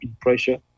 pressure